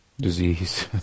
disease